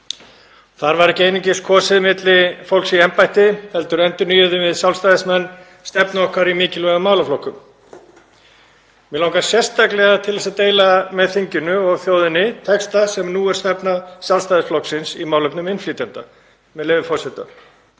Þar var ekki einungis kosið milli fólks í embætti heldur endurnýjuðum við Sjálfstæðismenn stefnu okkar í mikilvægum málaflokkum. Mig langar sérstaklega til að deila með þinginu og þjóðinni texta sem nú er stefna Sjálfstæðisflokksins í málefnum innflytjenda. Með leyfi forseta: